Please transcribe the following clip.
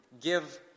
give